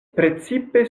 precipe